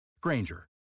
Granger